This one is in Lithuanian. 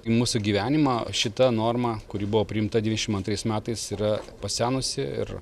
mūsų gyvenimą šita norma kuri buvo priimta dvidešim antrais metais yra pasenusi ir